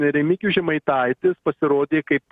remigijus žemaitaitis pasirodė kaip